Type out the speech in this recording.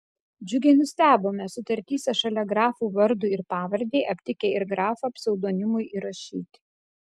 džiugiai nustebome sutartyse šalia grafų vardui ir pavardei aptikę ir grafą pseudonimui įrašyti